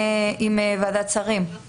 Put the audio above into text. אני לא זוכרת שהייתה הסכמה כזאת.